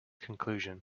conclusion